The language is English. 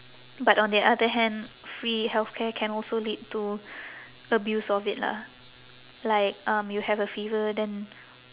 but on the other hand free healthcare can also lead to abuse of it lah like um you have a fever then